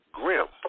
grim